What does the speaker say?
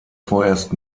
vorerst